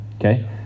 okay